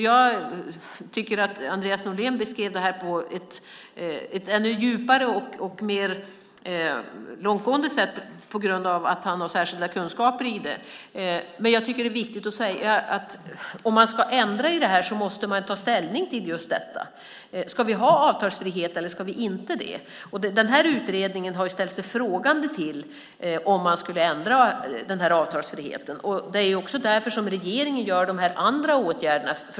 Jag tycker att Andreas Norlén beskrev detta på ett ännu djupare och mer långtgående sätt på grund av att han har särskilda kunskaper i detta. Men jag tycker att det är viktigt att säga att om man ska ändra i detta måste man ta ställning till just detta. Ska vi ha avtalsfrihet eller inte? Denna utredning har ställt sig frågande till om man skulle ändra denna avtalsfrihet. Det är också därför som regeringen vidtar dessa andra åtgärder.